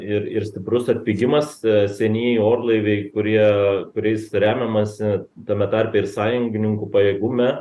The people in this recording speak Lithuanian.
ir ir stiprus atpigimas seni orlaiviai kurie kuriais remiamasi tame tarpe ir sąjungininkų pajėgume